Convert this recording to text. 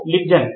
లిబ్జెన్Oh